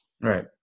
Right